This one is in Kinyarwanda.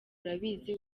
urabizi